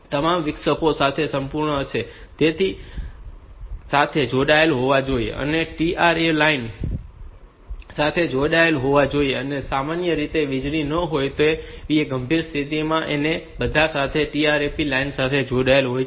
તેથી તેઓ તેની સાથે જોડાયેલા હોવા જોઈએ જે તે TRAP લાઇન સાથે જોડાયેલા હોવા જોઈએ સામાન્ય રીતે વીજળી ન હોય એવી ગંભીર પરિસ્થિતિઓ અને તે બધા સાથે તેઓ TRAP લાઇન સાથે જોડાયેલા હોય છે